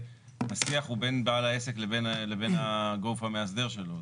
השיח הוא בין בעל העסק לבין הגוף המאסדר שלו.